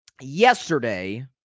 Yesterday